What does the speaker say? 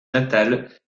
natal